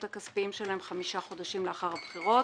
הכספיים שלהם חמישה חודשים לאחר הבחירות.